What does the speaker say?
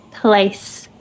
place